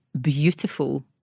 beautiful